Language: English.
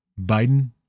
Biden